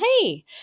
hey